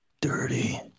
dirty